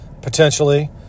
potentially